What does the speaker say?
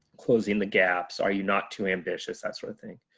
closing the gaps? are you not too ambitious. that sort of thing.